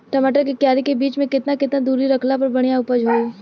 टमाटर के क्यारी के बीच मे केतना केतना दूरी रखला पर बढ़िया उपज होई?